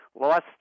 lost